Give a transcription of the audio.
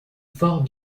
fort